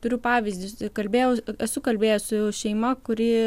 turiu pavyzdį kalbėjau esu kalbėjus su šeima kuri